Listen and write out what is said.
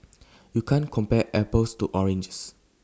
you can't compare apples to oranges